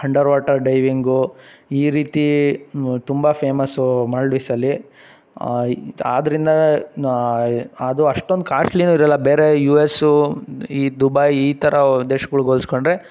underwater diving ಈ ರೀತಿ ತುಂಬ ಫೇಮಸ್ಸು ಮಾಲ್ಡೀವ್ಸಲ್ಲಿ ಆದ್ದರಿಂದ ನಾ ಅದು ಅಷ್ಟೊಂದು ಕಾಶ್ಟ್ಲಿನೂ ಇರೋಲ್ಲ ಬೇರೆ ಯು ಎಸ್ಸು ಈ ದುಬಾಯ್ ಈ ಥರ ದೇಶ್ಗಳ್ಗೆ ಹೋಲಿಸ್ಕೊಂಡ್ರೆ